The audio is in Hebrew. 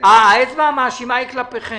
האצבע המאשימה היא כלפיכם,